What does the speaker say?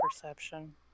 perception